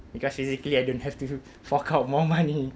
because physically I don't have to fork out more money